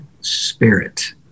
spirit